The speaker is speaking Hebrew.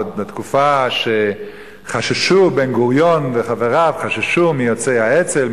ועוד בתקופה שבן-גוריון וחבריו חששו מיוצאי האצ"ל,